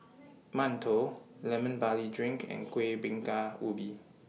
mantou Lemon Barley Drink and Kueh Bingka Ubi